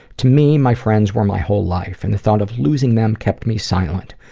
to me, my friends were my whole life and the thought of losing them, kept me silent.